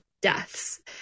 deaths